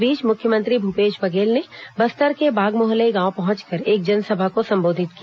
इस बीच मुख्यमंत्री भूपेश बघेल ने बस्तर के बागमोहलई गांव पहुंचकर एक जनसभा को संबोधित किया